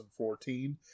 2014